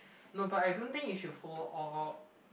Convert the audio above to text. no but I don't think you should follow all all